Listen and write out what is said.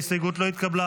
ההסתייגות לא התקבלה.